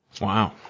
Wow